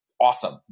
Awesome